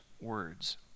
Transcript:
words